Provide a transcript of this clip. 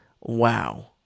wow